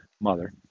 mother